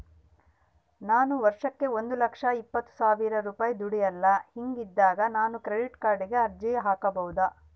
ನಾನು ವರ್ಷಕ್ಕ ಒಂದು ಲಕ್ಷ ಇಪ್ಪತ್ತು ಸಾವಿರ ರೂಪಾಯಿ ದುಡಿಯಲ್ಲ ಹಿಂಗಿದ್ದಾಗ ನಾನು ಕ್ರೆಡಿಟ್ ಕಾರ್ಡಿಗೆ ಅರ್ಜಿ ಹಾಕಬಹುದಾ?